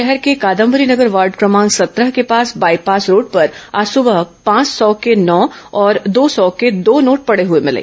शहर के कादम्बरी नगर वार्ड क्रमांक सत्रह के पास बाईपास रोड पर आज सुबह पांच सौ के नौ और दो सौ के दो नोट पड़े हुए थे